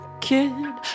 kid